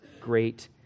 great